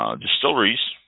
Distilleries